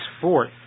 forth